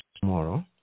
tomorrow